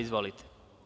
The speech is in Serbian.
Izvolite.